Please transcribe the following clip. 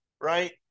right